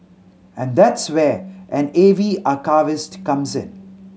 and that's where an A V archivist comes in